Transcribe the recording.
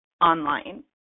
online